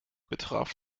betraf